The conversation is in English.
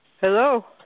Hello